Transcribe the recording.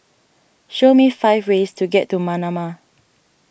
show me five ways to get to Manama